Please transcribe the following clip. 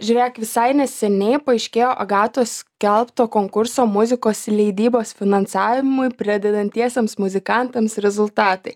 žiūrėk visai neseniai paaiškėjo agatos skelbto konkurso muzikos leidybos finansavimui pradedantiesiems muzikantams rezultatai